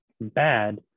bad